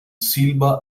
silva